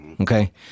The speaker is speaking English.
Okay